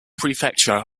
prefecture